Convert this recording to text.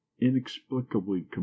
inexplicably